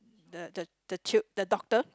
the the the ch~ the doctor